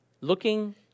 looking